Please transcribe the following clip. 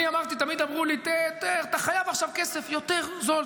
תמיד אמרו לי: אתה חייב עכשיו כסף יותר זול.